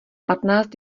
patnáct